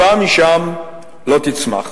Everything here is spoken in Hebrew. טובה ממנו לא תצמח.